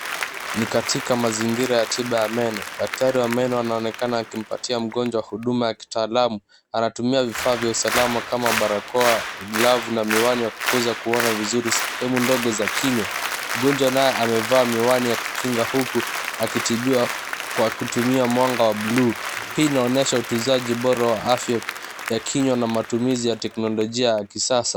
Ni katika mazingira ya tiba ya meno. Daktari wa meno anaonekana akimpatia mgonjwa huduma ya kitalamu, anatumia vifaa vya usalama kama vile barakoa, glavu na miwani ya kuweza kuona vizuri sehemu ndogo za kinywa. Mgonjwa nae amevaa miwani ya kukinga huku akitibiwa kwa kutumia mwanga wa buluu. Hii na inaonesha utunzaji bora ya afya ya kinywa na matumizi ya teknolojia ya kisasa